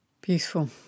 Beautiful